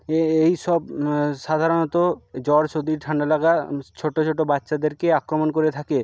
এই সব সাধারণত জ্বর সর্দি ঠান্ডা লাগা ছোটো ছোটো বাচ্চাদেরকে আক্রমণ করে থাকে